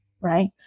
right